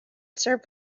served